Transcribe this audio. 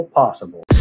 possible